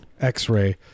x-ray